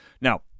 Now